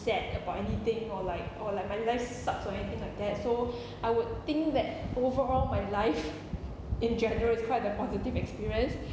sad about anything or like or like my life sucks or anything like that so I would think that overall my life in general is quite the positive experience